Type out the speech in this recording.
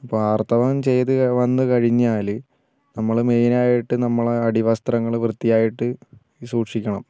ഇപ്പോൾ ആർത്തവം ചെയ്ത് വന്നു കഴിഞ്ഞാൽ നമ്മൾ മെയിനായിട്ട് നമ്മളെ അടിവസ്ത്രങ്ങൾ വൃത്തിയായിട്ട് സൂക്ഷിക്കണം